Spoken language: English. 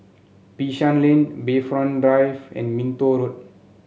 Bishan Lane Bayfront Drive and Minto Road